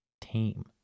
team